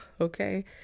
okay